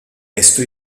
esto